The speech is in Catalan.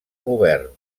govern